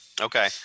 Okay